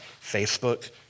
Facebook